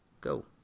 Go